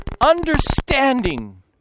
Understanding